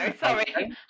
sorry